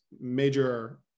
major